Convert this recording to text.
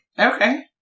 Okay